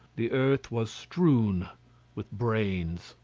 the earth was strewed with brains,